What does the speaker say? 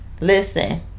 Listen